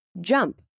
jump